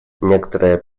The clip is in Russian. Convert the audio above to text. некоторые